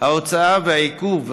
ההוצאה והעיכוב,